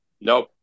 Nope